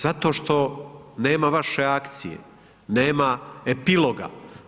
Zato što nema vaše akcije, nema epiloga.